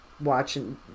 watching